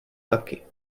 taky